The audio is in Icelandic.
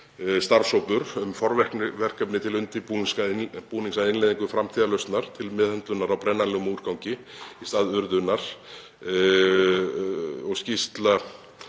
starfshópur um forverkefni til undirbúnings að innleiðingu framtíðarlausnar til meðhöndlunar á brennanlegum úrgangi í stað urðunar.